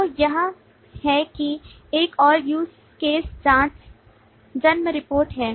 तो यह है कि एक और use case जाँच जन्म रिपोर्ट है